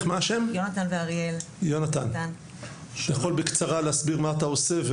יונתן, אתה יכול בקצרה להסביר מה אתה עושה?